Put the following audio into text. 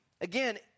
Again